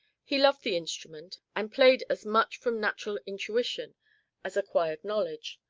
he loved the instrument and played as much from natural intuition as acquired knowledge,